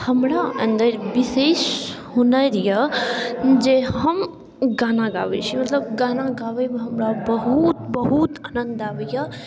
हमरा अन्दर विशेष हुनर यऽ जे हम गाना गाबैत छी मतलब गाना गाबैमे हमरा बहुत बहुत आनन्द आबैए